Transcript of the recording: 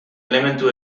elementu